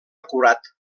acurat